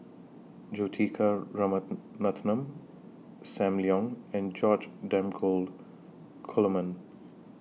Juthika SAM Leong and George Dromgold Coleman